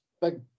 big